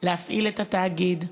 להפעיל את התאגיד,